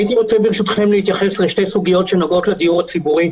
הייתי רוצה ברשותכם להתייחס לשתי סוגיות שנוגעות לדיור הציבורי.